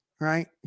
right